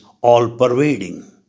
all-pervading